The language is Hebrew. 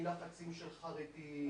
מלחצים של חרדים,